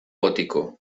gótico